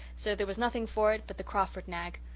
so there was nothing for it but the crawford nag,